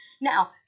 Now